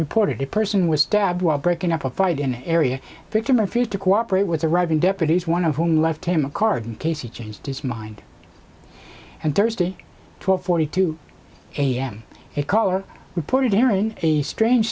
reported a person was stabbed while breaking up a fight in an area victim refused to cooperate with arriving deputies one of whom left him a card in case he changed his mind and thursday twelve forty two am a caller reported hearing a strange